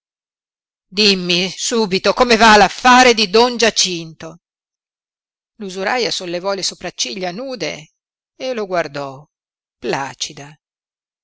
dimmi subito come va l'affare di don giacinto l'usuraia sollevò le sopracciglia nude e lo guardò placida